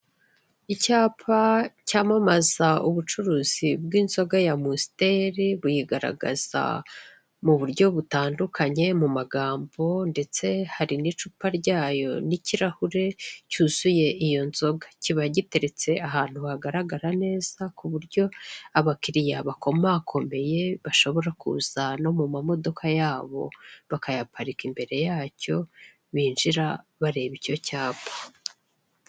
Icyapa cyamamaza ubucuruzi bw'inzoga ya amusiteri, buyigaragaza mu buryo butandukanye, mu magambo ndetse hari n'icupa ryayo n'ikirahure cyuzuye iyo nzoga, kiba giteretse ahantu hagaragara neza, ku buryo abakiliya bakomakomeye bashobora kuza no mu mamodoka yabo bakayaparika imbere yacyo binjira bareba icyo cyapa.